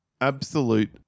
absolute